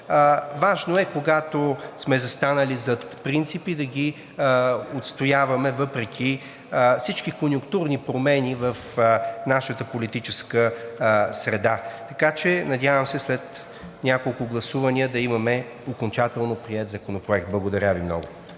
Важно е, когато сме застанали зад принципи, да ги отстояваме въпреки конюнктурни промени в нашата политическа среда. Така че, надявам се след няколко гласувания да имаме окончателно приет Законопроект. Благодаря Ви много.